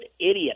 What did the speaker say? idiot